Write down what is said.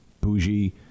bougie